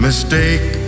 Mistake